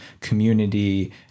community